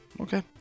Okay